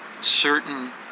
certain